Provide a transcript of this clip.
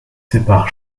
sépare